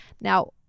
Now